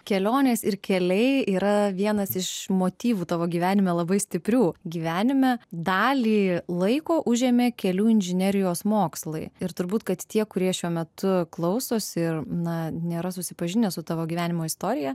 kelionės ir keliai yra vienas iš motyvų tavo gyvenime labai stiprių gyvenime dalį laiko užėmė kelių inžinerijos mokslai ir turbūt kad tie kurie šiuo metu klausosi ir na nėra susipažinę su tavo gyvenimo istorija